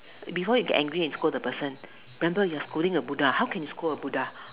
before you get angry and scold the person remember you are scolding a Buddha how can you scold a Buddha